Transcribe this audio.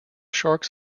sharks